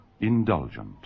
indulgent